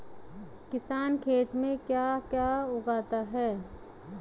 किसान खेत में क्या क्या उगाता है?